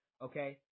Okay